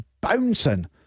bouncing